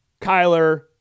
Kyler